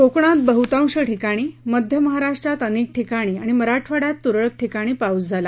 कोकणात बह्तांश ठिकाणी मध्य महाराष्ट्रात अनेक ठिकाणी आणि मराठवाङ्यात तुरळक ठिकाणी पाऊस झाला